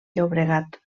llobregat